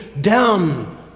down